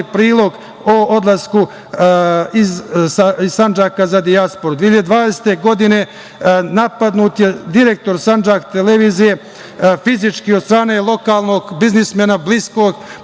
prilog o odlasku iz Sandžaka za dijasporu. Godine 2020. napadnut je direktor „Sandžak televizije“ fizički, od strane lokalnog biznismena, bliskog